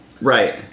right